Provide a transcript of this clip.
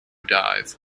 dive